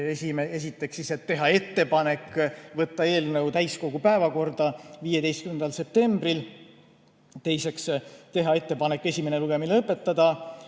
Esiteks, teha ettepanek võtta eelnõu täiskogu päevakorda 15. septembriks. Teiseks, teha ettepanek esimene lugemine lõpetada.